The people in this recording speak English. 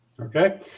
Okay